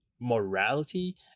morality